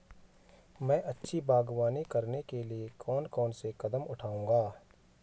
मैं अच्छी बागवानी करने के लिए कौन कौन से कदम बढ़ाऊंगा?